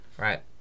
Right